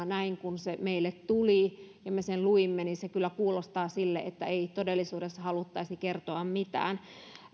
näin uutisena meille tuli ja me sen luimme niin se kyllä kuulostaa sille että ei todellisuudessa haluttaisi kertoa mitään